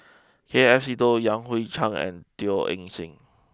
K F Seetoh Yan Hui Chang and Teo Eng Seng